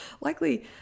Likely